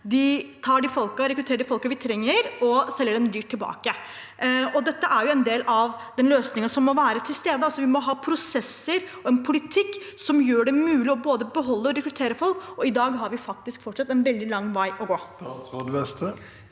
de tar de folkene og rekrutterer de folkene vi trenger, og selger dem dyrt tilbake. Dette er en del av den løsningen som må være til stede: Vi må ha prosesser og en politikk som gjør det mulig både å beholde og rekruttere folk, og i dag har vi faktisk fortsatt en veldig lang vei å gå. Statsråd